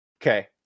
Okay